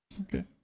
okay